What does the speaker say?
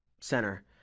center